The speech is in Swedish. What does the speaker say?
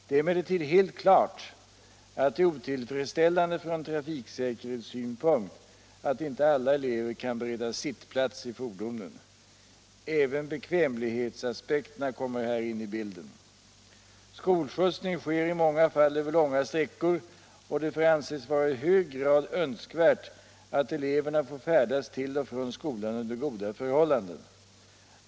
Det är emellertid helt klart att det är otillfredsställande från trafiksäkerhetssynpunkt att inte alla elever kan beredas sittplats i fordonen. Även bekvämlighetsaspekterna kommer här in i bilden. Skolskjutsning sker i många fall över långa sträckor, och det får anses vara i hög grad önskvärt att eleverna får färdas till och från skolan under goda förhållanden.